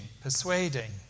persuading